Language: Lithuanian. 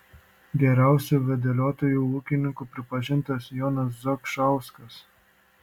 geriausiu vadeliotoju ūkininku pripažintas jonas zakšauskas